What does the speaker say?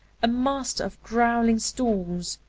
a master of growling storms,